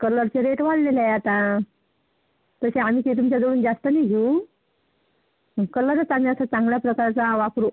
कलरचे रेट वाढलेले आहेत आता तसे आम्ही काही तुमच्याजवळून जास्त नाही घेऊ हं कलरच आम्ही असा चांगल्या प्रकारचा वापरू